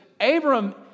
Abram